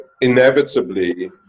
inevitably